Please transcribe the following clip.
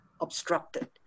obstructed